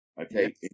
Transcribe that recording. Okay